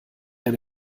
eine